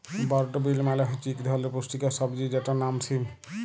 বরড বিল মালে হছে ইক ধরলের পুস্টিকর সবজি যেটর লাম সিম